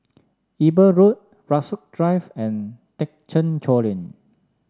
Eber Road Rasok Drive and Thekchen Choling